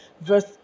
verse